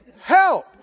help